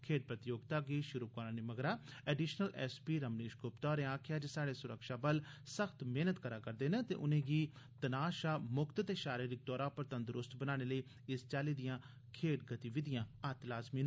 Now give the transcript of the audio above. खेड्ढ प्रतियोगिता गी शुरु करोआने मगरा अडीशनल एसपी रमनीश गुप्ता होरें आखेआ जे स्हाड़े सुरक्षाबल सख्त मेहनत करा'रदे न ते उनें'गी तनाऽ शा मुक्त ते शारीरिक तौरा पर तंदरूस्त बनाने लेई इस चाल्ली दिआं खेड्ढ गतिविधियां अत्त लाजुमी न